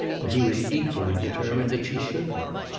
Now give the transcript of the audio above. and he was equally determined that she should not.